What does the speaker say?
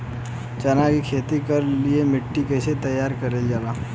चना की खेती कर के लिए मिट्टी कैसे तैयार करें जाला?